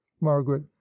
margaret